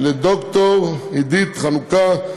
לד"ר עידית חנוכה,